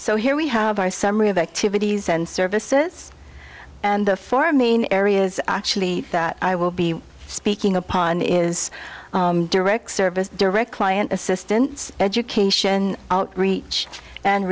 so here we have our summary of activities and services and the four main areas actually that i will be speaking upon is direct service direct liant assistance education outreach and